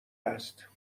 است